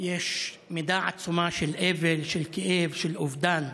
יש מידה עצומה של אבל, של כאב, של אובדן,